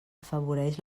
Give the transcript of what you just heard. afavoreix